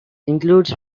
includes